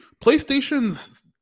PlayStation's